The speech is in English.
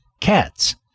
cats